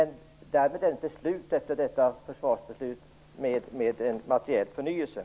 I och med detta försvarsbeslut är det inte slut på den materiella förnyelsen.